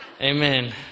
amen